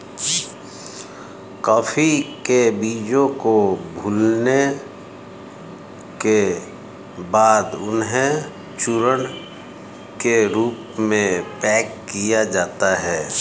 coffee के बीजों को भूलने के बाद उन्हें चूर्ण के रूप में पैक किया जाता है